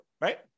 right